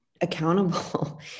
accountable